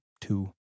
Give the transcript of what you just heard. two